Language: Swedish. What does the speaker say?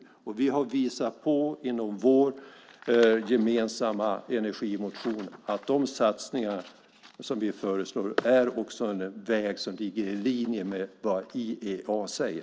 Vi har i vår gemensamma energimotion visat att de satsningar som vi föreslår är en väg som ligger i linje med vad IEA säger.